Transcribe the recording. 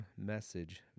message